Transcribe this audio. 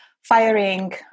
firing